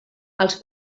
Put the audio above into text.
els